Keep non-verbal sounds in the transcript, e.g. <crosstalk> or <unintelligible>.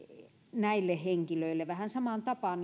näille henkilöille vähän samaan tapaan <unintelligible>